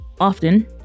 often